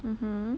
mmhmm